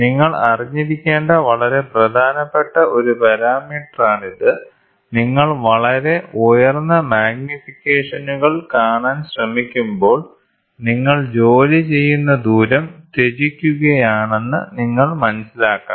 നിങ്ങൾ അറിഞ്ഞിരിക്കേണ്ട വളരെ പ്രധാനപ്പെട്ട ഒരു പാരാമീറ്ററാണിത് നിങ്ങൾ വളരെ ഉയർന്ന മാഗ്നിഫിക്കേഷനുകൾ കാണാൻ ശ്രമിക്കുമ്പോൾ നിങ്ങൾ ജോലി ചെയ്യുന്ന ദൂരം ത്യജിക്കുകയാണെന്ന് നിങ്ങൾ മനസ്സിലാക്കണം